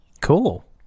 Cool